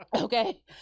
Okay